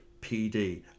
pd